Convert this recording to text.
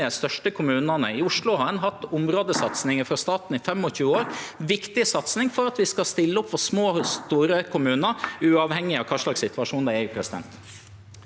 dei største kommunane. I Oslo har ein hatt områdesatsing frå staten i 25 år – viktig satsing, for at vi skal stille opp for små og store kommunar uavhengig av kva slags situasjon dei er i.